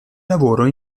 lavoro